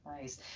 Nice